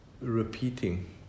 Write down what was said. repeating